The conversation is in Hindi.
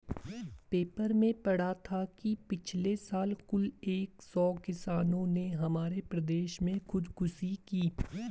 पेपर में पढ़ा था कि पिछले साल कुल एक सौ किसानों ने हमारे प्रदेश में खुदकुशी की